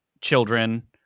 children